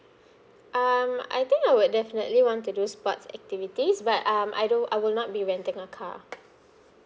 um I think I would definitely want to do sports activities but um I don't I will not be renting a car